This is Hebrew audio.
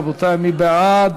רבותי, מי בעד?